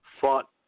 fought